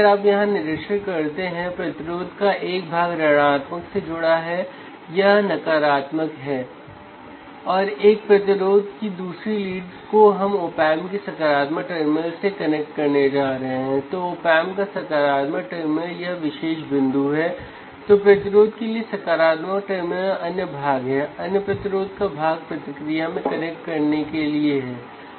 आप देख सकते हैं कि चैनल 1 पर 1 वोल्ट है चैनल 2 पर 2 वोल्ट है